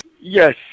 Yes